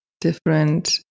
different